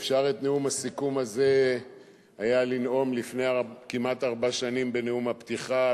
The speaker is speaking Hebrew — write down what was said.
אפשר היה לנאום את נאום הסיכום הזה לפני כמעט ארבע שנים בנאום הפתיחה,